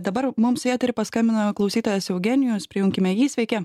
dabar mums į eterį paskambino klausytojas eugenijus priimkime jį sveiki